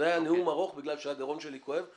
זה היה נאום ארוך בגלל שהגרון שלי כואב,